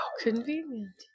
convenient